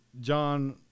John